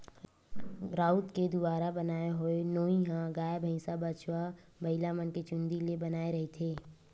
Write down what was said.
राउत के दुवारा बनाय होए नोई ह गाय, भइसा, बछवा, बइलामन के चूंदी ले बनाए रहिथे